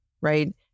right